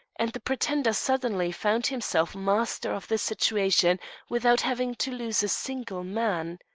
and the pretender suddenly found himself master of the situation without having to lose a single man.